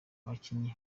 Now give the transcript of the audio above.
abakinnyi